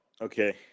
okay